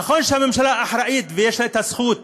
נכון שהממשלה אחראית ויש לה זכות